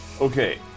Okay